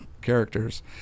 characters